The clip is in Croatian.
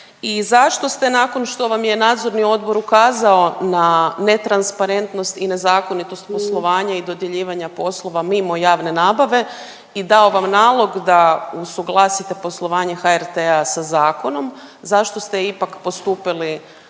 zašto ste nakon što vam je nadzorni odbor ukazao na netransparentnost i nezakonitost poslovanja i dodjeljivanja poslova mimo javne nabave i dao vam nalog da usuglasite poslovanje HRT-a sa zakonom, zašto ste ipak postupili